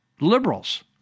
liberals